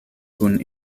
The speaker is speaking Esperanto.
kun